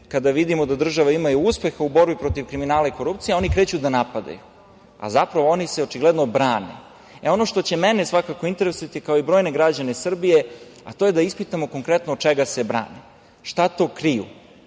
Kada vidimo da država ima i uspeha u borbi protiv kriminala i korupcije, oni kreću da napadaju, a zapravo oni se očigledno brane. Ono što će mene svakako interesovati, kao i brojne građane Srbije, to je da ispitamo konkretno od čega se brane? Šta to kriju?